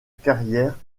carrière